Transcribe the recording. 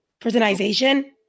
Prisonization